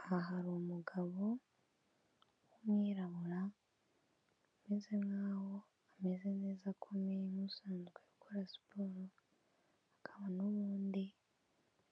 Aha hari umugabo w'umwirabura, umeze nkaho ameze neza akomeye nk'usanzwe akora siporo, hakaba n'uwundi